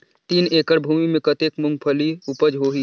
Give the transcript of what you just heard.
तीन एकड़ भूमि मे कतेक मुंगफली उपज होही?